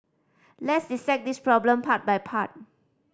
let's dissect this problem part by part